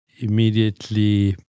immediately